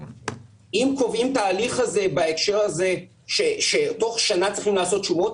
אם קובעים את ההליך הזה בהקשר הזה שתוך שנה צריך לעשות שומות,